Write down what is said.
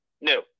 No